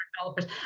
developers